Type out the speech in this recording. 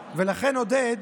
עודד,